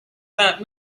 about